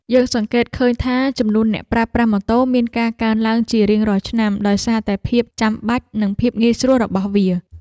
យើងសង្កេតឃើញថាចំនួនអ្នកប្រើប្រាស់ម៉ូតូមានការកើនឡើងជារៀងរាល់ឆ្នាំដោយសារតែភាពចាំបាច់និងភាពងាយស្រួលរបស់វា។